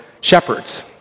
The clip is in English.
shepherds